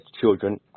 children